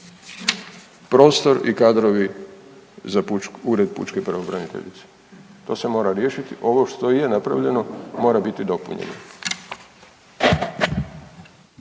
prostor i kadrovi za Ured pučke pravobraniteljice. To se mora riješiti. Ovo što je napravljeno, mora biti dopunjeno.